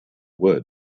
wood